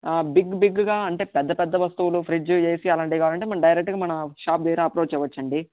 ఆ బిగ్ బిగ్గా అంటే పెద్ద పెద్ద వస్తువులు ఫ్రిడ్జ్ ఎసీ అలంటివి కావాలి అంటే మన డైరెక్ట్గా మన షాప్ దగ్గర అప్రోచ్ అవచ్చు అండి